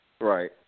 Right